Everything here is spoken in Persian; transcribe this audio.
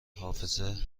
حافظه